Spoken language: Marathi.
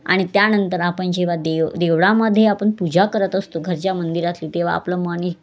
आणि त्यानंतर आपण जेव्हा देव देवळामध्ये आपण पूजा करत असतो घरच्या मंदिरातली तेव्हा आपलं मन इक